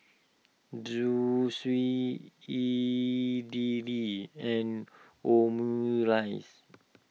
Zosui Idili and Omurice